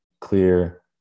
clear